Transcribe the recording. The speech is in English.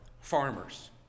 farmers